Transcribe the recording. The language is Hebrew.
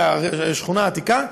לשכונה העתיקה,